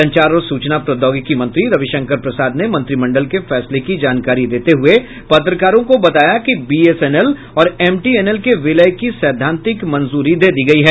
संचार और सूचना प्रौद्योगिकी मंत्री रविशंकर प्रसाद ने मंत्रिमंडल के फैसले की जानकारी देते हुए पत्रकारों को बताया कि बीएसएनएल और एमटीएनएल के विलय की सैद्धांतिक मंजूरी दे दी गई है